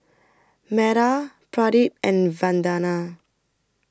Medha Pradip and Vandana